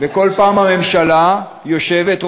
כל פעם הממשלה יושבת,